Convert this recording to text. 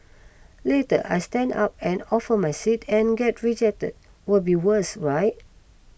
later I stand up and offer my seat and get rejected will be worse right